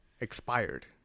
expired